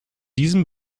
diesem